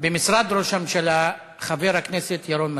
במשרד ראש הממשלה חבר הכנסת ירון מזוז.